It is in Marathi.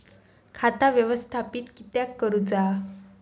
खाता व्यवस्थापित किद्यक करुचा?